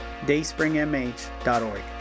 dayspringmh.org